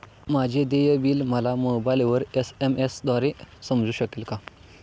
माझे देय बिल मला मोबाइलवर एस.एम.एस द्वारे समजू शकेल का?